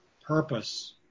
purpose